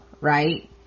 right